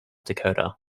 dakota